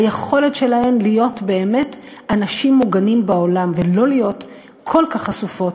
היכולת שלהן להיות באמת אנשים מוגנים בעולם ולא להיות כל כך חשופות,